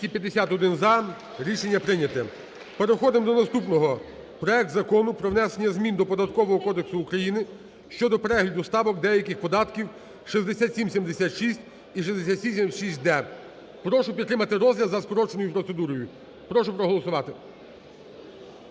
За-251 Рішення прийнято. Переходимо до наступного: проект Закону про внесення змін до Податкового кодексу України щодо перегляду ставок деяких податків 6776 і 6776-д прошу підтримати розгляд за скороченою процедурою. Прошу проголосувати.